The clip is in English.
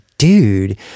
Dude